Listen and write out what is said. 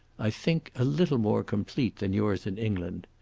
i think, a little more complete than yours in england.